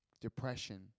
depression